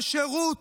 השירות,